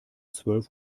zwölf